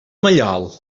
mallol